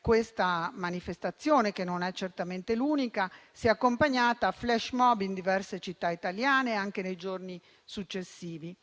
questa manifestazione, che non è certamente l'unica, si è accompagnata a un *flash mob* in diverse città italiane anche nei giorni successivi.